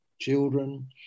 children